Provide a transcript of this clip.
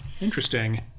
interesting